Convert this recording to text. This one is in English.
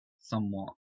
somewhat